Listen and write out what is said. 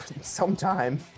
sometime